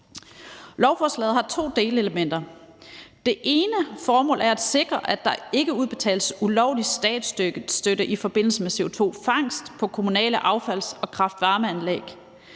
Lovforslaget har to delelementer. Det ene formål er at sikre, at der ikke udbetales ulovlig statsstøtte i forbindelse med CO2-fangst på kommunale affalds- og kraft-varme-anlæg.